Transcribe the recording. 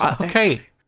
okay